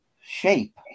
shape